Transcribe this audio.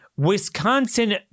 Wisconsin